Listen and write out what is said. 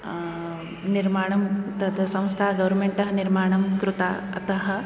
निर्माणं तद् संस्था गवर्मेण्टतः निर्माणं कृता अतः